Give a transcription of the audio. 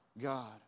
God